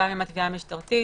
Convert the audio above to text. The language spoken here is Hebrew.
גם עם התביעה המשטרתית,